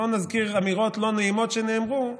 ולא נזכיר אמירות לא נעימות שנאמרו,